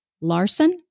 Larson